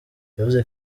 yavuze